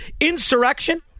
Insurrection